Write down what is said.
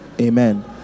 Amen